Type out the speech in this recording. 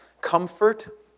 comfort